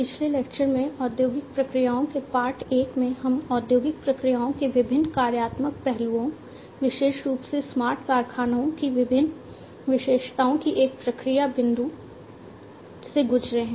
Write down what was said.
पिछले लेक्चर में औद्योगिक प्रक्रियाओं के पार्ट एक में हम औद्योगिक प्रक्रियाओं के विभिन्न कार्यात्मक पहलुओं विशेष रूप से स्मार्ट कारखानों की विभिन्न विशेषताओं की एक प्रक्रिया बिंदु से गुजरे हैं